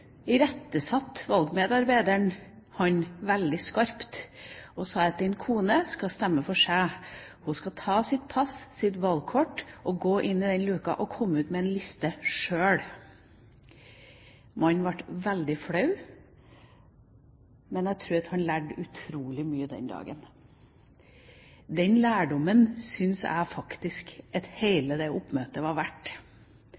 valgmedarbeideren ham veldig skarpt og sa: Din kone skal stemme for seg, hun skal ta sitt pass, sitt valgkort og gå inn i den luka og komme ut med en liste sjøl. Mannen ble veldig flau, men jeg tror at han lærte utrolig mye den dagen. Den lærdommen syns jeg faktisk